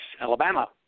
Alabama